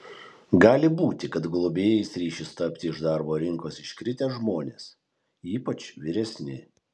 gali būti kad globėjais ryšis tapti iš darbo rinkos iškritę žmonės ypač vyresni